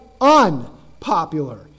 unpopular